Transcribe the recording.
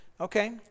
Okay